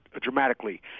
dramatically